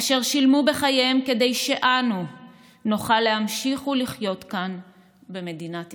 אשר שילמו בחייהם כדי שאנו נוכל להמשיך ולחיות כאן במדינת ישראל.